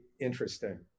Interesting